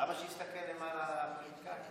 למה שיסתכל למעלה על הפוליטיקאים?